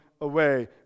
away